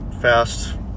fast